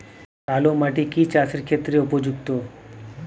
কালো মাটি কি চাষের ক্ষেত্রে উপযুক্ত?